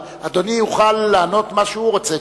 אדוני יוכל לענות מה שהוא רוצה,